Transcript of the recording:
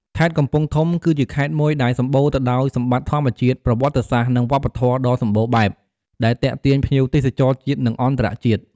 ខេត្តកំពង់ធំ គឺជាខេត្តមួយដែលសម្បូរទៅដោយសម្បត្តិធម្មជាតិ ប្រវត្តិសាស្ត្រ និងវប្បធម៌ដ៏សម្បូរបែប ដែលទាក់ទាញភ្ញៀវទេសចរជាតិ និងអន្តរជាតិ។